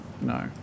no